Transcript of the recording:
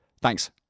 Thanks